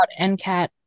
NCAT